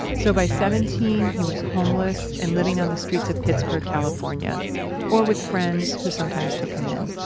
so, by seventeen, he was homeless and living on the streets of pittsburg, california or with friends who sometimes took him in.